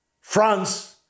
France